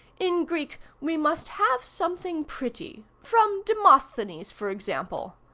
in greek we must have some thing pretty from demosthenes, for example.